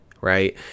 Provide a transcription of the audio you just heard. right